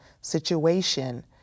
situation